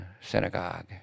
synagogue